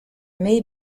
may